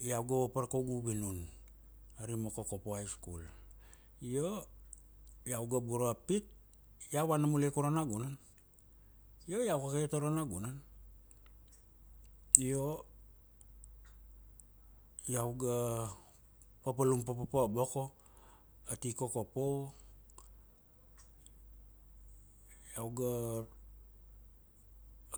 iau ga vapar kaugu vinun arima Kokopo high school. Io iau ga bura pit, iau vana mulai ka uro nagunan, io iau kaka iat aro nagunan. Io iau ga papalum papa boko ati Kokopo, iau ga